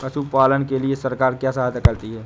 पशु पालन के लिए सरकार क्या सहायता करती है?